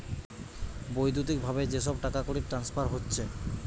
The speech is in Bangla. বৈদ্যুতিক ভাবে যে সব টাকাকড়ির ট্রান্সফার হচ্ছে